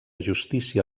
justícia